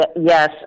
yes